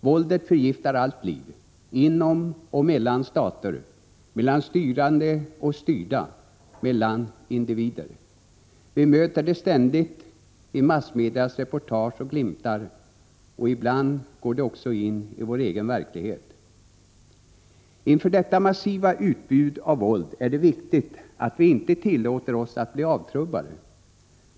Våldet förgiftar allt liv inom och mellan stater, mellan styrande och styrda, mellan individer. Vi möter det ständigt, i massmedias reportage och glimtar. Ibland går det också in i vår egen verklighet. Inför detta massiva utbud av våld är det viktigt att vi inte tillåter oss att bli avtrubbade.